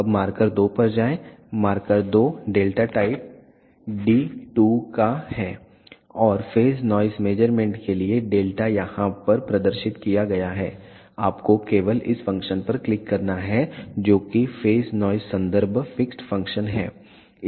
अब मार्कर 2 पर जाएं मार्कर 2 डेल्टा टाइप डी 2 का है और फेज नॉइस मेज़रमेंट के लिए डेल्टा यहां प्रदर्शित किया गया है आपको केवल इस फ़ंक्शन पर क्लिक करना है जो कि फेज नॉइस संदर्भ फिक्स्ड फ़ंक्शन है